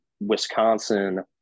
Wisconsin